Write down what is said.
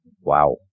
Wow